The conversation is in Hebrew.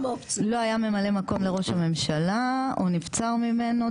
לא היה ממלא מקום לראש הממשלה או נבצר ממנו,